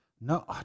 No